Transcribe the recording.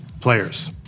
players